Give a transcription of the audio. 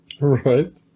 Right